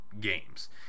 games